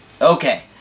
okay